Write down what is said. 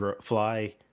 fly